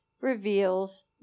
reveals